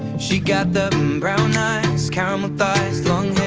she got the mmm, brown eyes, caramel thighs long